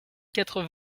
quatre